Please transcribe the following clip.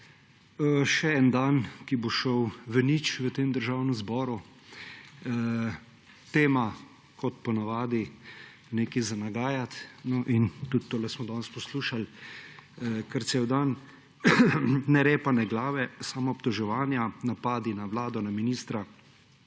Še en dan, ki bo šel v nič v tem državnem zboru. Tema kot po navadi nekaj za nagajati in tudi to smo danes poslušali kar cel dan, ne repa, ne glave, samo obtoževanja, napadi na Vlado, na ministra.